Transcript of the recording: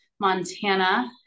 Montana